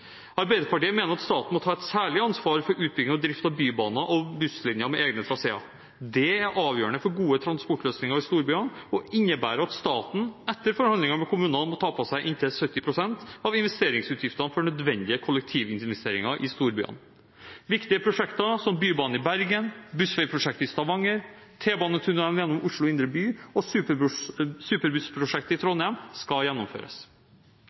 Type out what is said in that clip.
Arbeiderpartiet mener at staten må ta et særlig ansvar for utbygging og drift av bybaner og busslinjer med egne traseer. Det er avgjørende for gode transportløsninger i storbyene og innebærer at staten etter forhandlinger med kommunene må påta seg inntil 70 pst. av investeringsutgiftene for nødvendige kollektivinvesteringer i storbyene. Viktige prosjekter som bybanen i Bergen, bussveiprosjektet i Stavanger, T-banetunnelen gjennom Oslo indre by og superbussprosjektet i Trondheim skal gjennomføres.